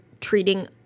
treating